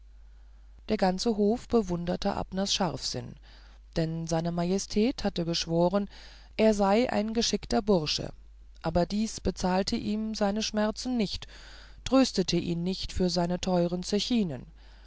der ganze hof bewunderte abners scharfsinn denn se majestät hatte geschworen er sei ein geschickter bursche aber dies bezahlte ihm seine schmerzen nicht tröstete ihn nicht für seine teuren